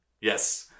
yes